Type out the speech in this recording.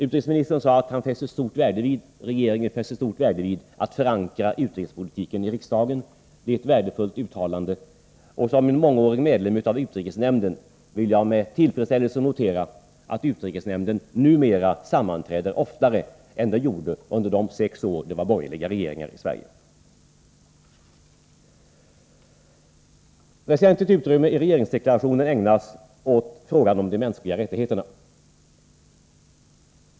Utrikesministern sade att regeringen fäster stor vikt vid att utrikespolitiken förankras i riksdagen. Detta är ett värdefullt uttalande. Som medlem av utrikesnämnden sedan många år tillbaka noterar jag med tillfredsställelse att utrikesnämnden numera sammanträder oftare än den gjorde under de sex år det var borgerliga regeringar i Sverige. Väsentligt utrymme i regeringsdeklarationen ägnas åt frågan om de mänskliga rättigheterna.